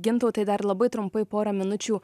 gintautai dar labai trumpai porą minučių